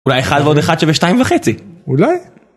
אולי אחד ועוד אחד שווה שתיים וחצי? אולי